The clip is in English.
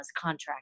contract